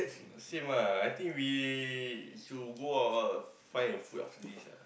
same lah I think we should go out ah find a food after this ah